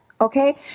Okay